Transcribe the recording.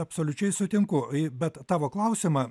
absoliučiai sutinku bet tavo klausimą